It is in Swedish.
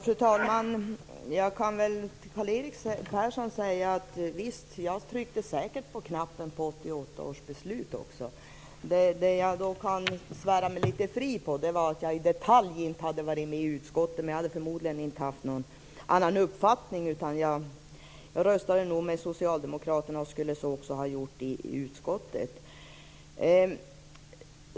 Fru talman! Visst, Karl-Erik Persson, jag tryckte säkert på knappen även i 1988 års beslut. Det jag kan svära mig litet grand fri från är att jag inte hade varit med om detaljerna i utskottet. Men jag skulle förmodligen ändå inte ha haft någon annan uppfattning. Jag röstade nog med socialdemokraterna och skulle så ha gjort också i utskottet.